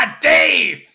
dave